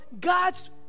God's